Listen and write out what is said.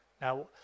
Now